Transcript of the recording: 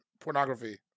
pornography